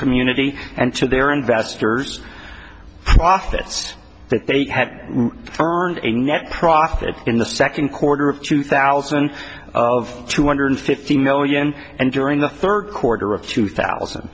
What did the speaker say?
community and to their investors profits that they had earned a net profit in the second quarter of two thousand of two hundred fifty million and during the third quarter of two thousand